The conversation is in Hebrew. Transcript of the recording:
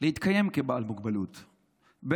להתקיים כבעל מוגבלות במדינתנו,